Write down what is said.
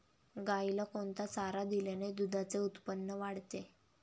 गाईला कोणता चारा दिल्याने दुधाचे उत्पन्न वाढते?